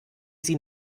sie